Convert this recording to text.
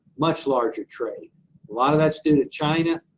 much larger trade. a lot of that's due to china.